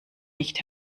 nicht